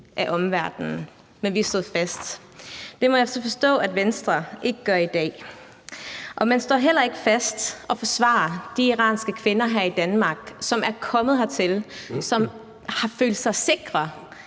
af omverdenen. Men vi stod fast. Det må jeg så forstå at Venstre ikke gør i dag, og man står heller ikke fast og forsvarer de iranske kvinder her i Danmark, som er kommet hertil, og som har følt sig sikre